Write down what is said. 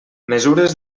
mesures